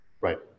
right